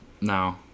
No